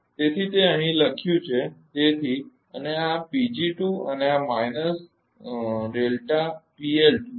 તેથી તે અહીં લખ્યું છે તેથી અને આ અને આ માઇનસ છે